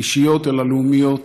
אישיות אלא לאומיות,